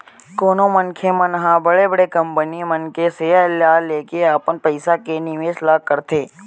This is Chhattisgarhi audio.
कोनो मनखे मन ह बड़े बड़े कंपनी मन के सेयर ल लेके अपन पइसा के निवेस ल करथे